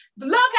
love